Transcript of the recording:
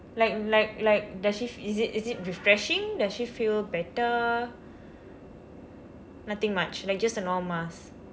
like like like does she f~ is it is it refreshing does she feel better nothing much like just a normal mask